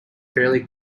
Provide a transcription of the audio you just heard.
fairly